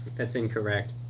that's incorrect!